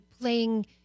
playing